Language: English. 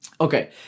Okay